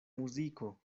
muziko